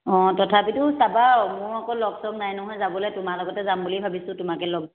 অঁ তথাপিতো চাবা আৰু মোৰ অকল লগ চগ নাই নহয় যাবলৈ তোমাৰ লগতে যাম বুলি ভাবিছোঁ তোমাকে লগ